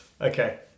Okay